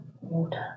Water